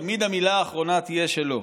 תמיד המילה האחרונה תהיה שלו.